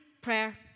prayer